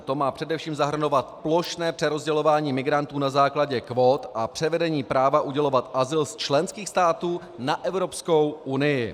To má především zahrnovat plošné přerozdělování migrantů na základě kvót a převedení práva udělovat azyl členských států na Evropskou unii.